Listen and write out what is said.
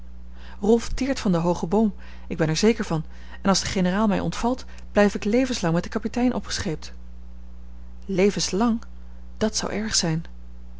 teert van den hoogen boom ik ben er zeker van en als de generaal mij ontvalt blijf ik levenslang met den kapitein opgescheept levenslang dat zou erg zijn